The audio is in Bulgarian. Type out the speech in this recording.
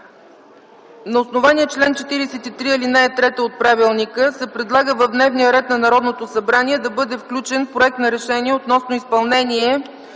на основание чл. 43, ал. 3 от правилника се предлага в дневния ред на Народното събрание да бъде включен проект на Решение относно изпълнение